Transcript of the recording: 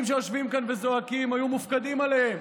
שיושבים כאן וזועקים היו מופקדים עליהם.